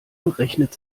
rechnet